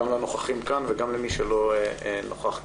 גם לנוכחים כאן וגם למי שלא נוכח כאן,